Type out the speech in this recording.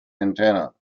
antenna